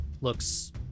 looks